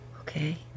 Okay